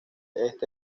este